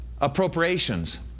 appropriations